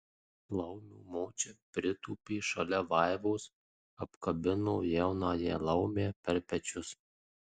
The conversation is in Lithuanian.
laumių močia pritūpė šalia vaivos apkabino jaunąją laumę per pečius